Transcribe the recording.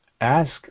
ask